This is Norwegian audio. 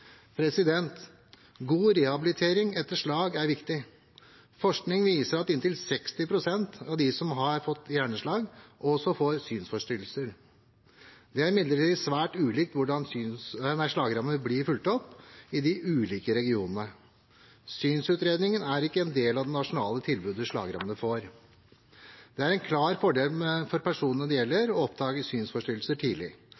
God rehabilitering etter slag er viktig. Forskning viser at inntil 60 pst. av dem som har hatt hjerneslag, også får synsforstyrrelser. Det er imidlertid svært ulikt hvordan slagrammede blir fulgt opp i de ulike regionene. Synsutredning er ikke en del av det nasjonale tilbudet slagrammede får. Det er en klar fordel for personene det